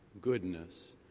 goodness